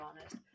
honest